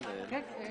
ננעלה בשעה 11:03.